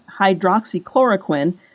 hydroxychloroquine